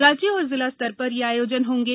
राज्य और जिला स्तर पर ये आयोजन होंगे